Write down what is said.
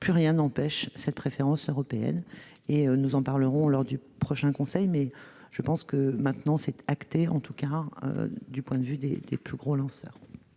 plus rien n'empêche cette préférence européenne. Nous en parlerons lors du prochain conseil, mais je pense que c'est désormais acté, du moins du point de vue des plus gros lanceurs.